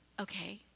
okay